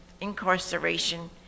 incarceration